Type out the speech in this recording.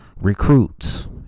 Recruits